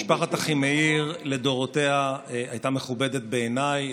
משפחת אחימאיר לדורותיה הייתה מכובדת בעיניי.